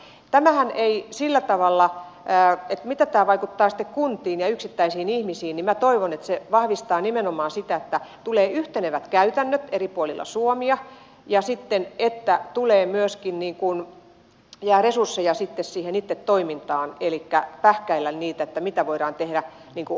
mitä tämä ei sillä tavalla enää mitata vaikuttaa sitten kuntiin ja yksittäisiin ihmisiin minä toivon että se vahvistaa nimenomaan sitä että tulee yhtenevät käytännöt eri puolilla suomea ja sitten että myöskin jää resursseja siihen itse toimintaan elikkä pähkäillä sitä että mitä voidaan tehdä omalla tavalla